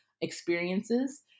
experiences